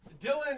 Dylan